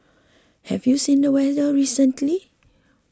have you seen the weather recently